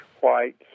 white